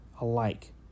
alike